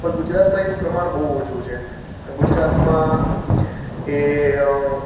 પણ ગુજરાતમાં એનું પ્રમાણ બહુ ઓછું છે ગુજરાતમાં એ